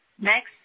Next